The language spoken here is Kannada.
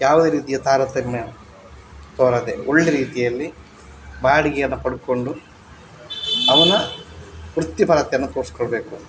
ಯಾವ್ದೇ ರೀತಿಯ ತಾರತಮ್ಯ ತೋರದೆ ಒಳ್ಳೆಯ ರೀತಿಯಲ್ಲಿ ಬಾಡಿಗೆಯನ್ನು ಪಡ್ಕೊಂಡು ಅವನ ವೃತ್ತಿಪರತೆಯನ್ನು ತೋರಿಸ್ಕೊಳ್ಬೇಕು